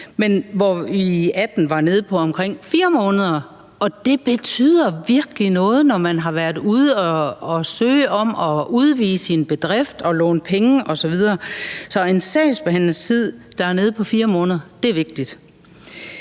det i 2018 var nede på omkring 4 måneder, og det betyder virkelig noget, når man har været ude at søge om at udvide sin bedrift og låne penge osv. Så en sagsbehandlingstid, der er nede på 4 måneder, er vigtigt.